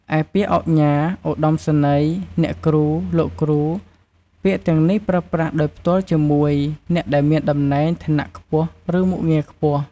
ឯពាក្យ ឧកញ៉ា ឧត្ដមសេនីយ៍ អ្នកគ្រូ លោកគ្រូ ពាក្យទាំងនេះប្រើប្រាស់ដោយផ្ទាល់ជាមួយ អ្នកដែលមានតំណែង ឋានៈខ្ពស់ ឬមុខងារខ្ពស់។